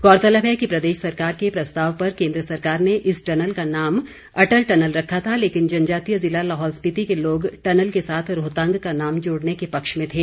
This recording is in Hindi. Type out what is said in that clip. गौरतलब है कि प्रदेश सरकार के प्रस्ताव पर केन्द्र सरकार ने इस टनल का नाम अटल टनल रखा था लेकिन जनजातीय जिला लाहौल स्पिति के लोग टनल के साथ रोहतांग का नाम जोड़ने के पक्ष में थे